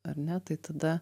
ar ne tai tada